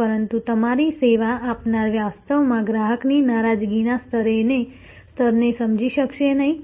પરંતુ તમારી સેવા આપનાર વાસ્તવમાં ગ્રાહકની નારાજગીના સ્તરને સમજી શકશે નહીં